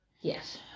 yes